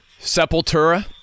Sepultura